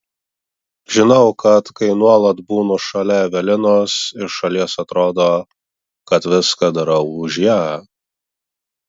žinau kad kai nuolat būnu šalia evelinos iš šalies atrodo kad viską darau už ją